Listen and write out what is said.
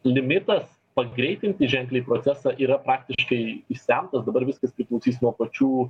limitas pagreitinti ženkliai procesą yra praktiškai išsemtas dabar viskas priklausys nuo pačių